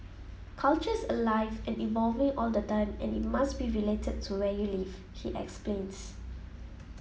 culture's alive and evolving all the time and it must be related to where you live he explains